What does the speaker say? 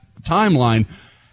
timeline